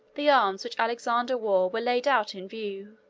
the arms which alexander wore were laid out in view,